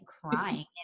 crying